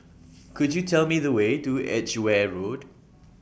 Could YOU Tell Me The Way to Edgeware Road